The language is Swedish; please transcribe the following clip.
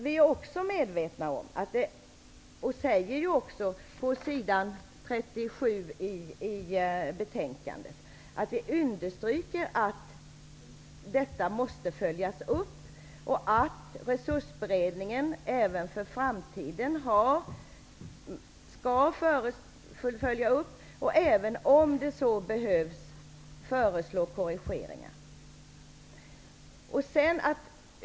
Vi är också medvetna om, vilket utskottet också säger på s. 37 i betänkandet, att detta måste följas upp. Resursberedningen skall följa upp detta även i framtiden. Om så behövs skall korrigeringar föreslås.